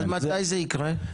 מתי זה יקרה?